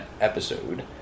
episode